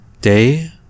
Day